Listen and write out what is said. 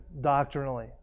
doctrinally